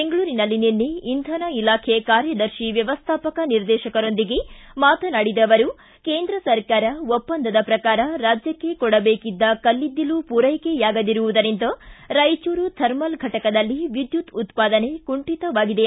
ಬೆಂಗಳೂರಿನಲ್ಲಿ ನಿನ್ನೆ ಇಂಧನ ಇಲಾಖೆ ಕಾರ್ಯದರ್ಶಿ ವ್ಯವಸ್ಥಾಪಕ ನಿರ್ದೇಶಕರೊಂದಿಗೆ ಮಾತನಾಡಿದ ಅವರು ಕೇಂದ್ರ ಸರ್ಕಾರ ಒಪ್ಪಂದದ ಪ್ರಕಾರ ರಾಜ್ಯಕ್ಷೆ ಕೊಡಬೇಕಿದ್ದ ಕಲ್ಲಿದ್ದಲು ಪೂರೈಕೆಯಾಗದಿರುವುದರಿಂದ ರಾಯಚೂರು ಥರ್ಮಲ್ ಫಟಕದಲ್ಲಿ ವಿದ್ಯುತ್ ಉತ್ಪಾದನೆ ಕುಂಠಿತವಾಗಿದೆ